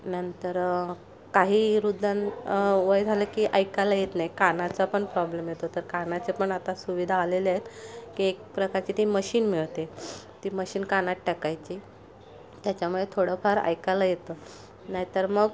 नंतर काही वृद्धांना वय झालं की ऐकायला येत नाही कानाचा पण प्रॉब्लेम येतो तर कानाचे पण आता सुविधा आलेले आहेत की एक प्रकारची ती मशीन मिळते ती मशीन कानात टाकायची त्याच्यामुळे थोडंफार ऐकायला येतं नाहीतर मग